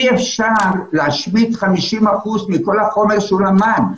אי אפשר להשמיט 50 אחוזים מכל החומר שהוא למד.